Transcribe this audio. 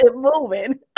moving